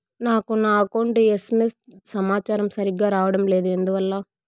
నాకు నా account SMS సమాచారము సరిగ్గా రావడం లేదు ఎందువల్ల?